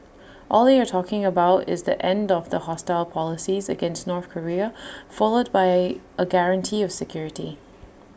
all they are talking about is the end of the hostile policies against North Korea followed by A guarantee of security